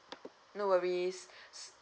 no worries